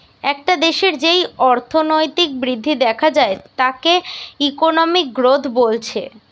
একটা দেশের যেই অর্থনৈতিক বৃদ্ধি দেখা যায় তাকে ইকোনমিক গ্রোথ বলছে